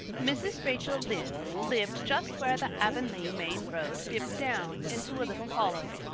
mrs. rachel lynde lived just where the avonlea main road dipped down into a little hollow,